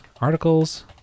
articles